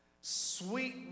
Sweet